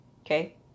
Okay